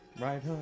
Right